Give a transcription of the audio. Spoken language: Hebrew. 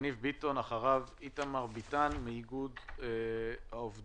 יניב ביטון ואחריו איתמר ביטן, מאיגוד העובדים